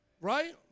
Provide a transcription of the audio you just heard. right